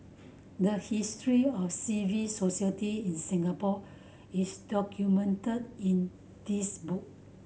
the history of civil society in Singapore is documented in this book